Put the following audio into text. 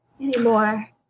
anymore